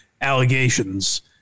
allegations